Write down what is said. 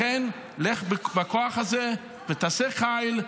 לכן לך בכוחך זה ותעשה חיל.